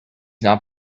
not